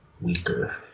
weaker